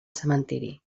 cementiri